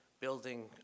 building